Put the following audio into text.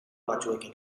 batzuekin